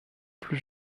plus